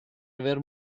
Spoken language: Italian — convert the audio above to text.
aver